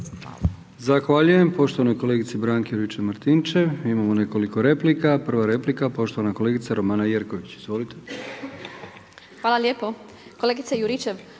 Hvala.